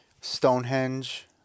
Stonehenge